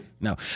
No